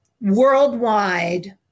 worldwide